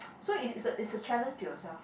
so its is it is a challenge to yourself